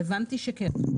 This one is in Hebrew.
הבנתי שכן.